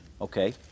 Okay